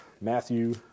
Matthew